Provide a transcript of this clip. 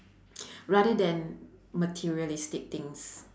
rather than materialistic things